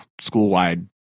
school-wide